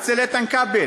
אצל איתן כבל.